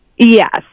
Yes